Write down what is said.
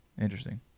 Interesting